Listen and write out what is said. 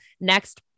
next